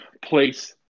place